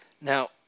now